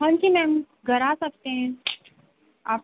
हां जी मैम घर आ सकते हैं आप